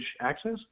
access